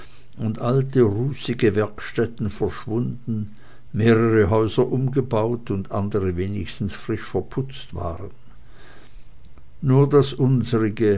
und alte ruhige werkstätten verschwunden mehrere häuser umgebaut und andere wenigstens frisch verputzt waren nur das unsrige